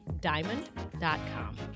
Diamond.com